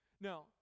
Now